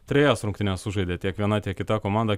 trejas rungtynes sužaidė tiek viena tiek kita komanda